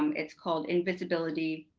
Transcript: it's called invisibility,